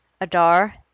Adar